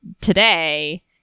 today